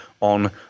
on